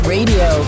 Radio